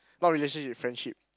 not relationship friendship